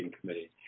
committee